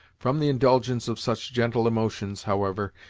from the indulgence of such gentle emotions, however,